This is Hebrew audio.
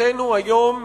שחובתנו היום,